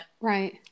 Right